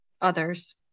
Others